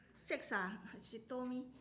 six ah she told me